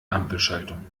ampelschaltung